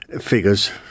figures